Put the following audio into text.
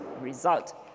result